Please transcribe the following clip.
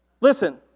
Listen